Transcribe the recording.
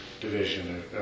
division